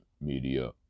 Media